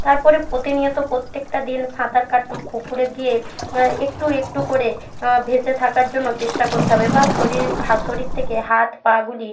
তার পরে প্রতিনিয়ত প্রত্যেকটা দিন সাঁতার কাট পুকুরে গিয়ে একটু একটু করে ভেসে থাকার জন্য চেষ্টা করতে হবে বা শরীর হা শরীর থেকে হাত পাগুলি